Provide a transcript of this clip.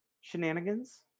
shenanigans